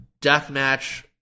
Deathmatch